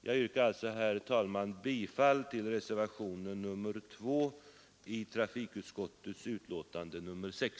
Jag yrkar, herr talman, bifall till reservationen 2 i trafikutskottets betänkande nr 6.